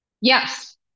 Yes